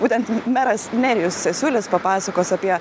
būtent meras nerijus cesiulis papasakos apie